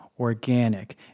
organic